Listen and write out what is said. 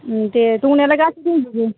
दे दंनायालाय गासिबो दंजोबो